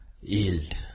Yield